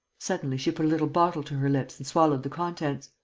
suddenly, she put a little bottle to her lips and swallowed the contents.